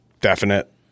definite